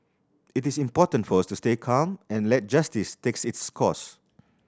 it is important for us to stay calm and let justice takes its course